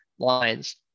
Lines